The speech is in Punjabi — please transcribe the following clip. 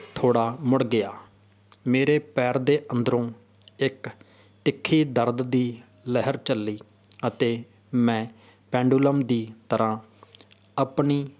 ਥੋੜ੍ਹਾ ਮੁੜ ਗਿਆ ਮੇਰੇ ਪੈਰ ਦੇ ਅੰਦਰੋਂ ਇੱਕ ਤਿੱਖੀ ਦਰਦ ਦੀ ਲਹਿਰ ਚੱਲੀ ਅਤੇ ਮੈਂ ਪੈਂਡੂਲਮ ਦੀ ਤਰ੍ਹਾਂ ਆਪਣੀ